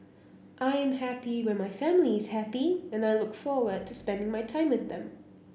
I am happy when my family is happy and I look forward to spending my time with them